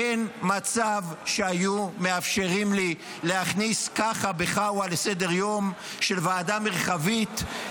אין מצב שהיו מאפשרים לי להכניס ככה בחאווה לסדר-יום של ועדה מרחבית,